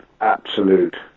absolute